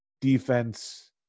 defense